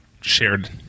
shared